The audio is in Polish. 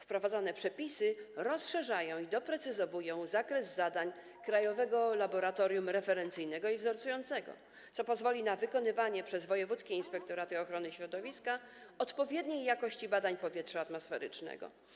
Wprowadzone przepisy rozszerzają i doprecyzowują zakres zadań Krajowego Laboratorium Referencyjnego i Wzorcującego, co pozwoli na wykonywanie przez wojewódzkie inspektoraty ochrony środowiska badań - odpowiedniej jakości - powietrza atmosferycznego.